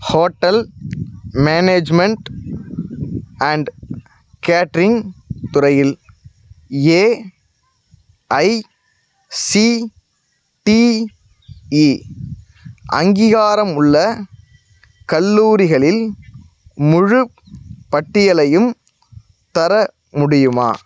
hotel management and catering துறையில் AICTE அங்கீகாரமுள்ள கல்லூரிகளின் முழுப்பட்டியலையும் தர முடியுமா